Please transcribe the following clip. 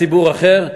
ציבור אחר.